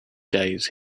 days